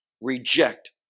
reject